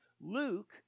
Luke